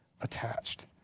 attached